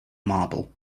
marble